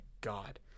god